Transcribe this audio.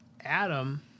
Adam